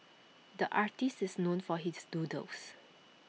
the artist is known for his doodles